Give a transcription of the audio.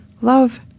Love